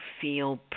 feel